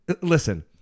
listen